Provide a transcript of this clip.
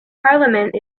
parliament